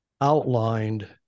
outlined